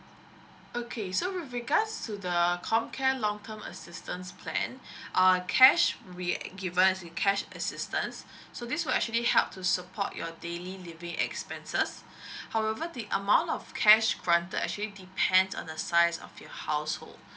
okay so with regards to the comcare long term assistance plan uh cash we given as in cash assistance so this will actually help to support your daily living expenses however the amount of cash fronted actually depends on the size of your household